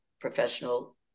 professional